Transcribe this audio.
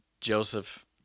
Joseph